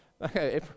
Okay